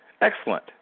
Excellent